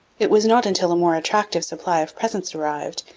it was not until a more attractive supply of presents arrived,